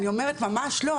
אני אומרת ממש לא,